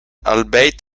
albeit